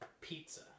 pizza